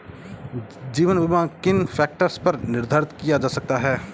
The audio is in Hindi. जीवन बीमा किन फ़ैक्टर्स पर निर्धारित किया जा सकता है?